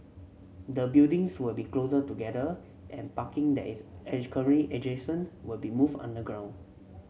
the buildings will be closer together and barking that is adjacent will be moved underground